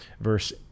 verse